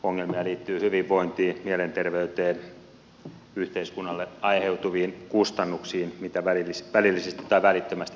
ongelmia liittyy hyvinvointiin mielenterveyteen yhteiskunnalle aiheutuviin kustannuksiin mitä välillisesti tai välittömästi liikkumattomuus aiheuttaa